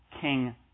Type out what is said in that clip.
king